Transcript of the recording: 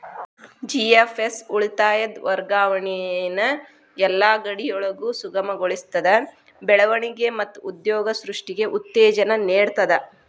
GFS ಉಳಿತಾಯದ್ ವರ್ಗಾವಣಿನ ಯೆಲ್ಲಾ ಗಡಿಯೊಳಗು ಸುಗಮಗೊಳಿಸ್ತದ, ಬೆಳವಣಿಗೆ ಮತ್ತ ಉದ್ಯೋಗ ಸೃಷ್ಟಿಗೆ ಉತ್ತೇಜನ ನೇಡ್ತದ